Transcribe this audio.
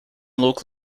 look